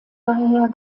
daher